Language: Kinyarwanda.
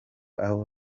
aho